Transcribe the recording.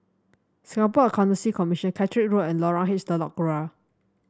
Singapore Accountancy Commission Caterick Road and Lorong H Telok Kurau